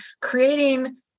creating